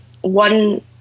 one